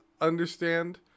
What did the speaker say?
understand